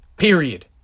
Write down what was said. Period